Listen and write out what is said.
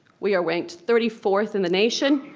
we are ranked thirty fourth in the nation.